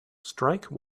strike